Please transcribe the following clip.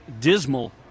dismal